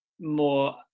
more